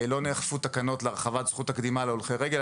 לא נאכפו תקנות להרחבת זכות הקדימה להולכי רגל.